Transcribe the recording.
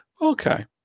Okay